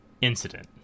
incident